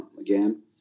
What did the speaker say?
Again